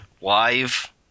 Live